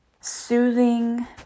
soothing